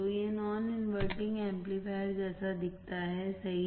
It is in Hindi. तो यह नॉन इनवर्टिंग एम्पलीफायर जैसा दिखता हैसही